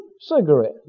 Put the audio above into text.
cigarette